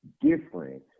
different